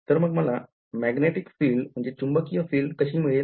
तर मग मला चुंबकीय फील्ड कशी मिळेल